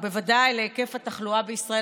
ובוודאי להיקף התחלואה בישראל,